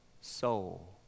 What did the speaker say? soul